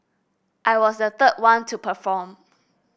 I was the third one to perform